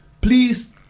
Please